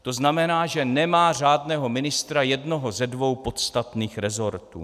To znamená, že nemá řádného ministra jednoho ze dvou podstatných resortů.